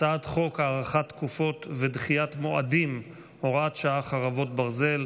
אני קובע כי הצעת חוק ההגנה על מענקים מיוחדים (חרבות ברזל),